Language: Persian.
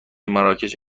مراکش